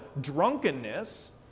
drunkenness